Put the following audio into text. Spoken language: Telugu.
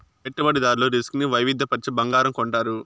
పెట్టుబడిదారులు రిస్క్ ను వైవిధ్య పరచి బంగారం కొంటారు